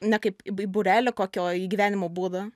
ne kaip į būrelį kokį o į gyvenimo būdą